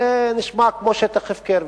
זה נשמע כמו שטח הפקר.